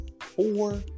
Four